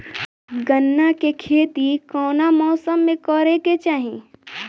गन्ना के खेती कौना मौसम में करेके चाही?